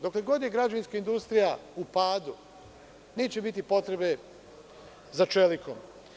Dokle god je građevinska industrija u padu, neće biti potrebe za čelikom.